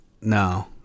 No